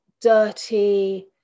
dirty